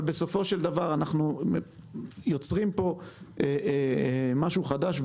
אבל בסופו של דבר אנחנו יוצרים פה משהו חדש.